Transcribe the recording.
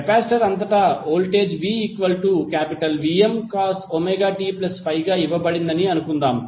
capacitor అంతటా voltage vVmcos ωt∅ గా ఇవ్వబడిందని అనుకుందాం